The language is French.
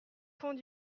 fond